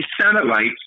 satellites